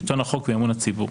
שלטון החוק ואמון הציבור.